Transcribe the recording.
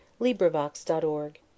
LibriVox.org